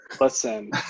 Listen